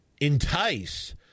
entice